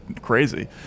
crazy